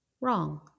wrong